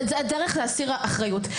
כדרך להסיר אחריות,